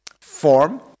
Form